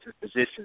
positions